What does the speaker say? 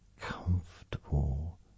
comfortable